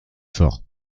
fort